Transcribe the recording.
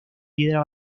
piedra